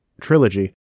trilogy